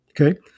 okay